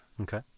Okay